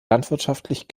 landwirtschaftlich